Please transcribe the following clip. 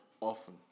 often